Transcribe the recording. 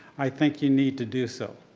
i think you need to do so.